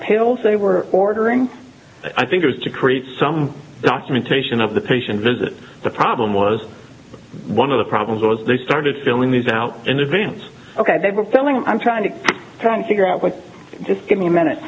they were ordering i think it was to create some documentation of the patient visit the problem was one of the problems was they started filling these out in advance ok they were filling i'm trying to trying to figure out what just give me a minute